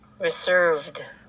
reserved